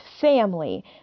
family